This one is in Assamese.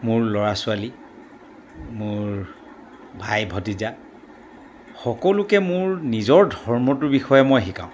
মোৰ ল'ৰা ছোৱালী মোৰ ভাই ভতিজা সকলোকে মোৰ নিজৰ ধৰ্মটোৰ বিষয়ে মই শিকাওঁ